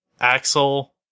Axel